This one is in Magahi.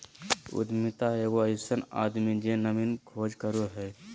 उद्यमिता एगो अइसन आदमी जे नवीन खोज करो हइ